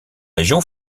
région